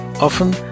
Often